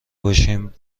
باشیم